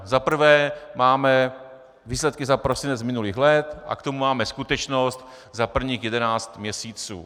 Za prvé máme výsledky za prosinec z minulých let a k tomu máme skutečnost za prvních jedenáct měsíců.